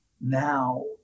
Now